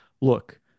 look